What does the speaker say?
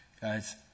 Guys